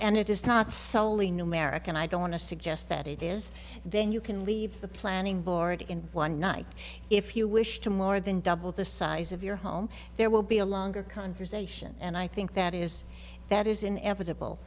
and it is not solely numeric and i don't want to suggest that it is then you can leave the planning board in one night if you wish to more than double the size of your home there will be a longer conversation and i think that is that is inevitable